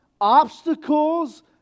obstacles